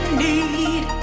need